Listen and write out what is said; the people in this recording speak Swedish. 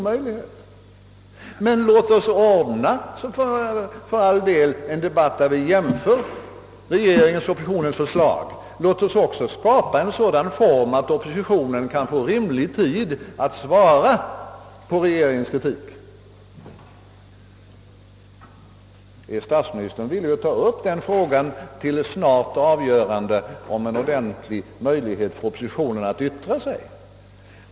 Men låt oss för all del ordna en debatt där vi jämför regeringens och oppositionens förslag, och låt oss också skapa en sådan form för den att oppositionen kan få rimlig tid att svara på regeringens kritik. Är statsministern villig att till ett snabbt avgörande ta upp frågan om en ordentlig möjlighet för oppositionen att yttra sig?